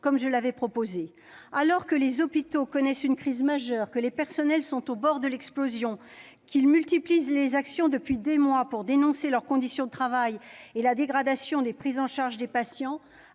comme je l'avais proposé. Alors que les hôpitaux connaissent une crise majeure, que leur personnel est au bord de l'explosion, que les agents multiplient les actions, depuis des mois, pour dénoncer leurs conditions de travail et la dégradation de la prise en charge des patients,